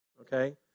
okay